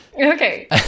Okay